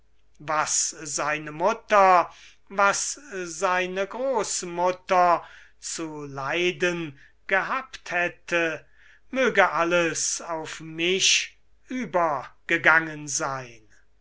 was seine mutter was sein großmutter zu leiden gehabt hätte möge alles auf mich übergegangen sein